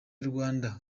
rwanda